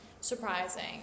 surprising